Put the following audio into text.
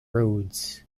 roads